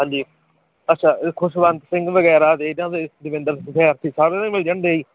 ਹਾਂਜੀ ਅੱਛਾ ਖੁਸ਼ਵੰਤ ਸਿੰਘ ਵਗੈਰਾ ਦੇ ਦਿਉਂਗੇ ਦਵਿੰਦਰ ਵਿਦਿਆਰਥੀ ਸਾਰਿਆਂ ਦੇ ਮਿਲ ਜਾਂਦੇ ਜੀ